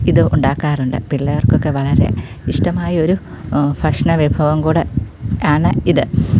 ഇത് ഉണ്ടാക്കാറുണ്ട് പിള്ളാർകൊക്കെ വളരെ ഇഷ്ടമായ ഒരു ഭക്ഷണ വിഭവം കൂടെ ആണ് ഇത്